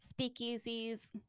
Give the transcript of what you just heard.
speakeasies